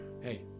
Hey